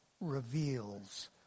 reveals